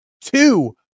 two